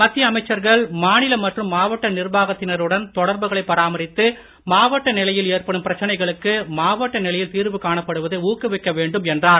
மத்திய அமைச்சர்கள் மாநில மற்றும் மாவட்ட நிர்வாகத்தினருடன் தொடர்புகளை பராமரித்து மாவட்ட நிலையில் ஏற்படும் பிரச்சனைகளுக்கு மாவட்ட நிலையில் தீர்வு காணப்படுவதை ஊக்குவிக்க வேண்டும் என்றார்